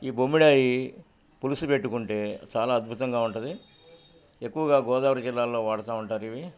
ఈ బొమ్మిడాయి పులుసు పెట్టుకుంటే చాలా అద్భుతంగా ఉంటది ఎక్కువగా గోదావరి జిల్లాల్లో వాడతా ఉంటారు ఇవి